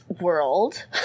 world